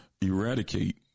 eradicate